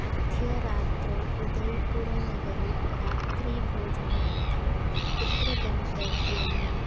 अद्य रात्रौ उदय्पुरनगरे रात्रिभोजनार्थं कुत्र गन्तव्यम्